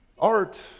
Art